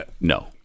No